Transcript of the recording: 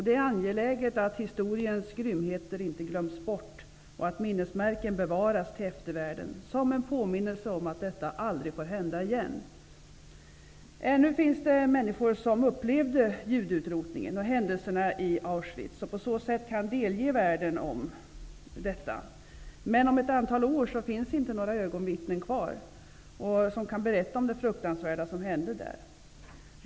Det är angeläget att historiens grymheter inte glöms bort och att minnesmärken bevaras till eftervärlden som en påminnelse om att detta aldrig får hända igen. Ännu finns det människor som upplevde judeutrotningen och händelserna i Auschwitz och som kan delge världen detta. Men om ett antal år finns det inte några ögonvittnen kvar som kan berätta om det fruktansvärda som hände där.